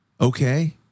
Okay